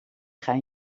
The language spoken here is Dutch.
gaan